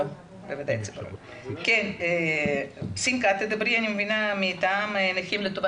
שנמצאים איתנו כאן כדי שנביא בשורה